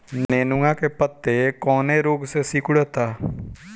नेनुआ के पत्ते कौने रोग से सिकुड़ता?